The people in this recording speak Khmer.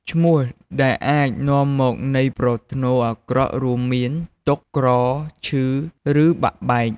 ឈ្មោះដែលអាចនាំមកនៃប្រភ្នូរអាក្រក់រួមមាន "ទុក្ខ" "ក្រ" "ឈឺ" ឬ "បែកបាក់"។